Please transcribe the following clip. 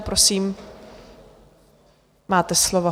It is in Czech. Prosím, máte slovo.